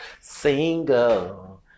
single